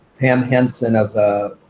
pam hensen of the